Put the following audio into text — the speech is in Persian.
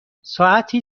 ساعتی